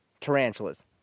tarantulas